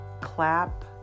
clap